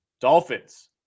Dolphins